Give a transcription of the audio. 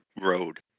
road